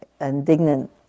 indignant